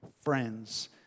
friends